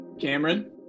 Cameron